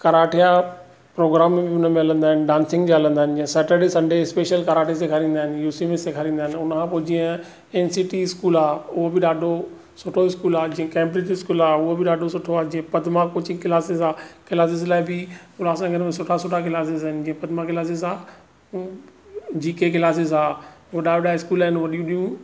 karate जा programme उन में हलंदा आहिनि डांसिंग जा हलंदा आहिनि सैटरडे संडे स्पेशल कराटे सेखारींदा आहिनि युसिमी सेखारींदा आहिनि हुनखां पोइ जीअं एन सी टी स्कूल आहे उहो बि ॾाढो सुठो स्कूल आहे जीअं कैंब्रिज़ स्कूल आहे उहो बि ॾाढो सुठो आहे जीअं पदमा कोचिंग क्लासिस आहे क्लासिस लाइ बि उल्हासनगर में सुठा सुठा क्लासिस आहिनि जीअं पदमा क्लासिस आहे जी के क्लासिस आहे वॾा वॾा स्कूल आहिनि वॾियूं वॾियूं